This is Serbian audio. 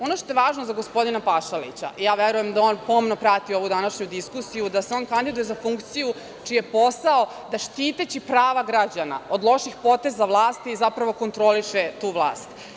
Ono što je važno za gospodina Pašalića, ja verujem da on pomno prati ovu današnju diskusiju, da se on kandiduje za funkciju čiji je posao da štiteći prava građana od loših poteza vlasti, zapravo kontroliše tu vlast.